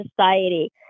society